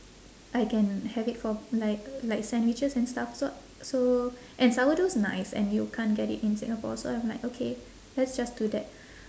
I can have it for like like sandwiches and stuff so so and sourdough's nice and you can't get it in singapore so I'm like okay let's just do that